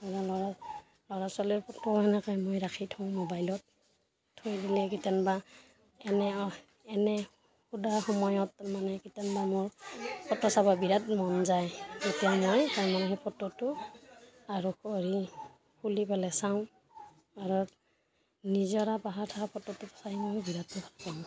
আমাৰ ল'ৰা ল'ৰা ছোৱালীৰ ফটো সেনেকৈ মই ৰাখি থওঁ মোবাইলত থৈ দিলে কেতিয়ানবা এনে এনে শুদা সময়ত মানে কেতিয়ানবা মোৰ ফটো চাব বিৰাট মন যায় তেতিয়া মই তাৰমানে সেই ফটোটো আৰু কৰি খুলি পেলাই চাওঁ আৰু নিজৰা পাহাৰৰ ফটো চাই মই বিৰাট ভাল পাওঁ